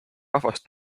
rahvast